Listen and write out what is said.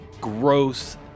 gross